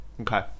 Okay